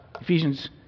Ephesians